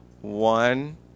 One